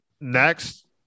Next